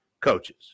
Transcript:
coaches